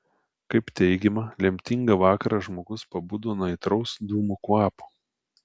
kaip teigiama lemtingą vakarą žmogus pabudo nuo aitraus dūmų kvapo